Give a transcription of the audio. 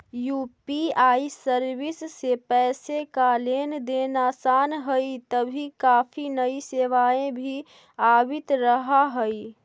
UPI service से पैसे का लेन देन आसान हई तभी काफी नई सेवाएं भी आवित रहा हई